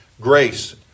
grace